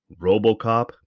Robocop